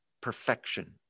perfection